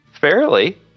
Fairly